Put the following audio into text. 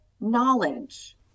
knowledge